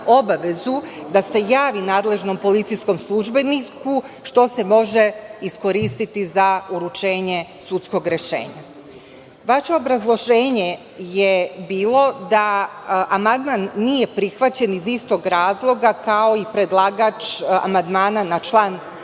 obavezu da se javi nadležnom policijskom službeniku što se može iskoristiti za uručenje sudskog rešenja. Vaše obrazloženje je bilo da amandman nije prihvaćen iz istog razloga kao i predlagač amandmana na član